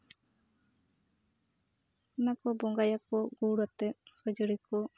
ᱚᱱᱟ ᱠᱚ ᱵᱚᱸᱜᱟᱭᱟᱠᱚ ᱜᱩᱲ ᱟᱛᱮᱜ ᱠᱷᱟᱹᱡᱟᱹᱲᱤ ᱠᱚ